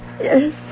Yes